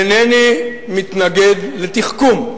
אינני מתנגד לתחכום,